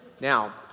Now